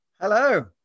Hello